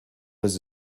was